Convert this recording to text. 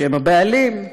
שהם הבעלים,